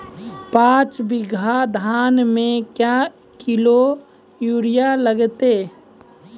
पाँच बीघा धान मे क्या किलो यूरिया लागते?